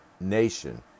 nation